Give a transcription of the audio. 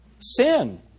Sin